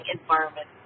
environment